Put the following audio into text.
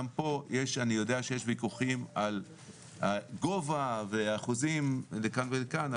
גם פה אני יודע שיש ויכוחים על גובה ואחוזים לכאן ולכאן,